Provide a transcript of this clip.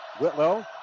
whitlow